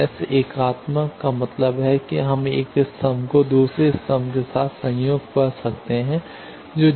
तो S एकात्मक का मतलब है कि हम एक स्तंभ को दूसरे स्तंभ के साथ संयुग्म कर सकते हैं जो 0 होगा